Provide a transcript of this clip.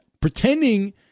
pretending